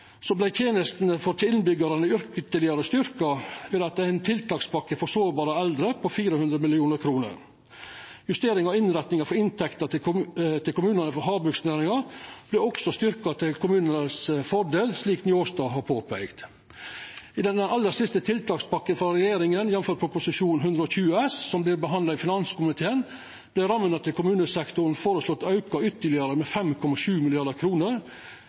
tiltakspakke for sårbare eldre på 400 mill. kr. Justering av innretninga for inntekter til kommunane frå havbruksnæringa vart også styrkt til kommunane sin fordel, slik Njåstad har påpeikt. I den aller siste tiltakspakka frå regjeringa, jamfør Prop. 120 S for 2019–2020, som vert behandla i finanskomiteen, vert rammene til kommunesektoren føreslått auka ytterlegare med 5,7